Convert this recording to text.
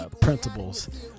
principles